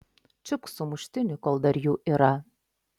čiupk sumuštinį kol dar jų yra